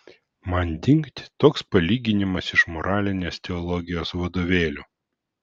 man dingt toks palyginimas iš moralinės teologijos vadovėlių